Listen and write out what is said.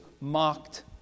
mocked